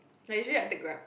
like usually I take Grab